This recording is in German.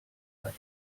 hat